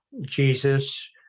Jesus